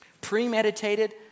premeditated